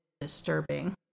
disturbing